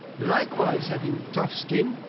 likewise having tough skin,